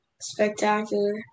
spectacular